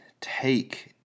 take